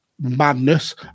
madness